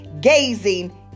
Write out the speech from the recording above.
gazing